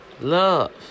Love